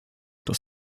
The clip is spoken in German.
dass